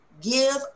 give